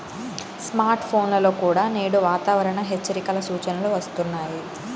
smart ఫోన్లలో కూడా నేడు వాతావరణ హెచ్చరికల సూచనలు వస్తున్నాయి